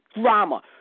drama